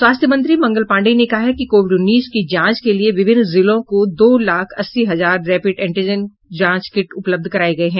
स्वास्थ्य मंत्री मंगल पांडेय ने कहा है कि कोविड उन्नीस की जांच के लिए विभिन्न जिलों को दो लाख अस्सी हजार रैपिड एंटीजेन जांच किट उपलब्ध कराये गये हैं